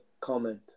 comment